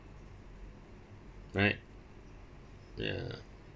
right ya